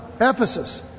Ephesus